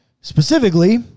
Specifically